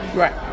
right